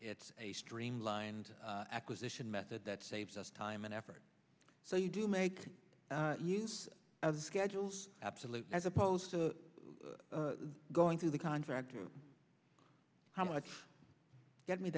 it's a streamlined acquisition method that saves us time and effort so you do make use of the schedules absolute as opposed to going through the contract how much get me